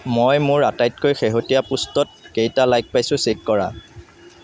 মই মোৰ আটাইতকৈ শেহতীয়া পষ্টত কেইটা লাইক পাইছো চেক কৰা